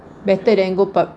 better than go pub~